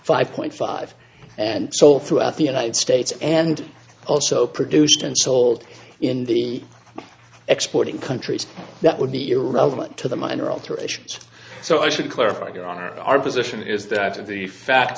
five point five and so throughout the united states and also produced and sold in the exporting countries that would be irrelevant to the minor alterations so i should clarify your honor our position is that of the fact